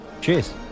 Cheers